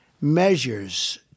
measures